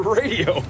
radio